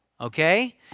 okay